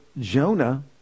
Jonah